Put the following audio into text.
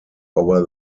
over